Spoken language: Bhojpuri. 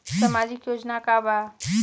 सामाजिक योजना का बा?